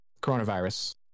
Coronavirus